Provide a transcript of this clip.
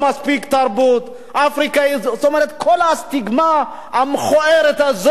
כל הסטיגמה המכוערת הזאת שהמערב גדל אתה.